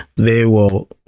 they will